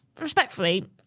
respectfully